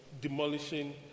demolishing